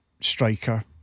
striker